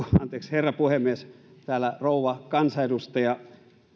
herra puhemies täällä rouva kansanedustaja